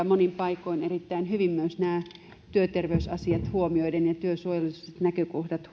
monin paikoin erittäin hyvin myös nämä työterveysasiat huomioivassa ja työsuojelulliset näkökohdat